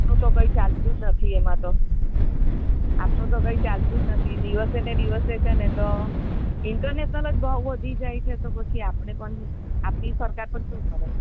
આપણું તો કંઈ ચાલતું જ નથી એમાં તો આપણું તો કંઈ ચાલતું જ નથી દિવસે ને દિવસે છે ને તો ઇન્ટરનેશનલ જ ભાવ વધી જાય છે તો પછી આપણે પણ આપણી સરકાર પણ શું કરે